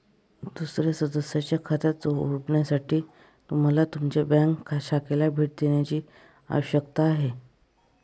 दुसर्या सदस्याच्या खात्यात जोडण्यासाठी तुम्हाला तुमच्या बँक शाखेला भेट देण्याची आवश्यकता आहे